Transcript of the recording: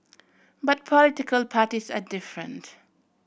but political parties are different